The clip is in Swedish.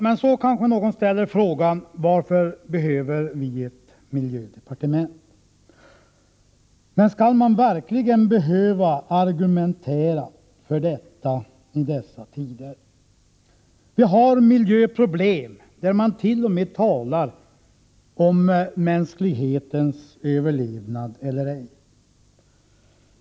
Men så kanske någon ställer frågan: Varför behöver vi ett miljödepartement? Skall man verkligen behöva argumentera för detta i dessa tider? Vi har miljöproblem som gör att man t.o.m. talar om mänsklighetens möjligheter till överlevnad.